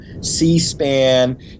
c-span